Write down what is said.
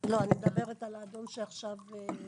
לא, אני מדברת על האדון שדיבר עכשיו.